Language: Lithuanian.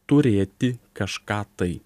turėti kažką tai